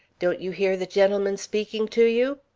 don't you hear the gentleman speaking to you?